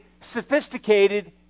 sophisticated